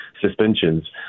suspensions